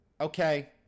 Okay